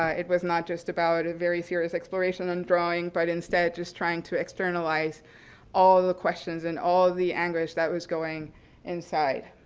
ah it was not just about a very serious exploration on drawing, but instead just trying to externalize all the questions and all the anguish that was going inside.